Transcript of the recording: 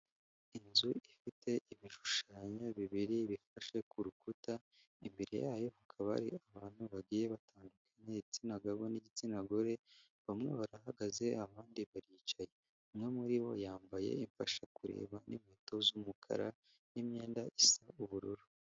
Inzu ifite ibishushanyo bibiri bifashe ku rukuta, imbere yayo hakaba hari abantu bagiye batandukanye, igitsina gabo n'igitsina gore, bamwe barahagaze abandi baricaye. Umwe muri bo yambaye imfashakureba n'inkweto z'umukara n'imyenda isa ubururu.